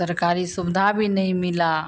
सरकारी सुविधा भी नहीं मिला